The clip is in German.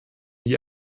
die